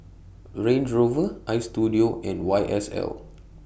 Range Rover Istudio and Y S L